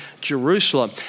Jerusalem